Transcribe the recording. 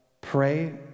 Pray